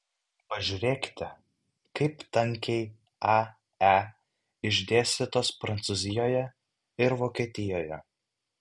pažiūrėkite kaip tankiai ae išdėstytos prancūzijoje ir vokietijoje